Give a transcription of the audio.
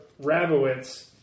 Rabowitz